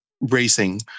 racing